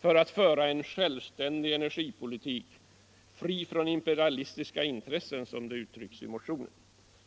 för att föra en självständig energipolitik, fri från ”im perialistiska intressen” som det uttrycks i motionen.